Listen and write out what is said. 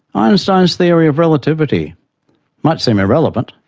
einstein's theory of relativity might seem irrelevant,